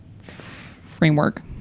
framework